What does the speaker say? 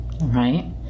right